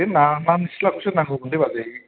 बे ना ना निस्लाखौसो नांगौमोनलै बाजै